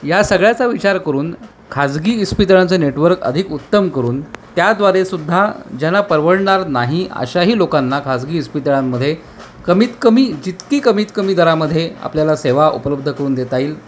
या सगळ्याचा विचार करून खाजगी इस्पितळांचं नेटवर्क अधिक उत्तम करून त्याद्वारे सुद्धा ज्यांना परवडणार नाही अशाही लोकांना खाजगी इस्पितळांमध्ये कमीतकमी जितकी कमीतकमी दरामध्ये आपल्याला सेवा उपलब्ध करून देता येईल